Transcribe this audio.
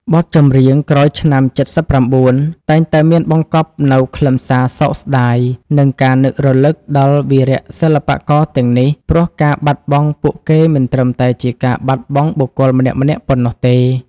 បទចម្រៀងក្រោយឆ្នាំ ៧៩ តែងតែមានបង្កប់នូវខ្លឹមសារសោកស្តាយ និងការនឹករលឹកដល់វីរសិល្បករទាំងនេះ ព្រោះការបាត់បង់ពួកគេមិនត្រឹមតែជាការបាត់បង់បុគ្គលម្នាក់ៗប៉ុណ្ណោះទេ។